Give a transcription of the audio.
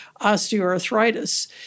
osteoarthritis